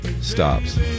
stops